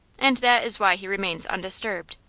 and that is why he remains undisturbed.